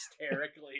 hysterically